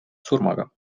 surmaga